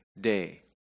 day